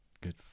good